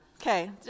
Okay